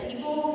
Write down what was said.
People